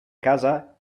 casa